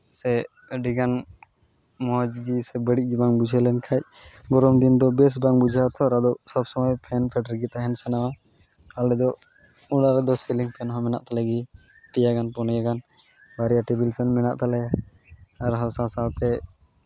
ᱥᱮ ᱟᱹᱰᱤᱜᱟᱱ ᱢᱚᱡᱽ ᱜᱮ ᱥᱮ ᱵᱟᱹᱲᱤᱡ ᱵᱟᱝ ᱵᱩᱡᱷᱟᱹᱣ ᱞᱮᱱᱠᱷᱟᱡ ᱜᱚᱨᱚᱢ ᱫᱤᱱ ᱫᱚ ᱵᱮᱥ ᱵᱟᱝ ᱵᱩᱡᱩᱜ ᱟᱛᱚ ᱟᱫᱚ ᱥᱚᱵ ᱥᱚᱢᱚᱭ ᱯᱷᱮᱱ ᱯᱷᱮᱰ ᱨᱮᱜᱮ ᱛᱟᱦᱮᱱ ᱥᱟᱱᱟᱣᱟ ᱟᱞᱮ ᱫᱚ ᱚᱲᱟᱜ ᱨᱮᱫᱚ ᱥᱮᱞᱤᱝ ᱯᱷᱮᱱ ᱦᱚᱸ ᱢᱮᱱᱟᱜ ᱛᱟᱞᱮ ᱜᱮ ᱯᱮᱭᱟ ᱜᱟᱱ ᱯᱩᱱᱭᱟᱹ ᱜᱟᱱ ᱵᱟᱨᱭᱟ ᱴᱮᱵᱤᱞ ᱯᱷᱮᱱ ᱢᱮᱱᱟᱜ ᱛᱟᱞᱮᱭᱟ ᱟᱨ ᱦᱟᱥᱟ ᱥᱟᱶᱛᱮ